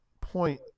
point